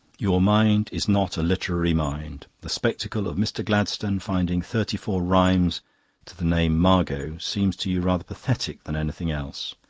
your mind is not a literary mind. the spectacle of mr. gladstone finding thirty-four rhymes to the name margot seems to you rather pathetic than anything else.